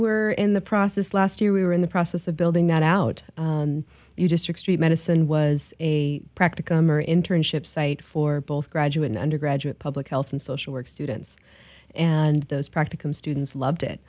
were in the process last year we were in the process of building that out and you just took street medicine was a practicum or internships site for both graduate and undergraduate public health and social work students and those practicum students loved it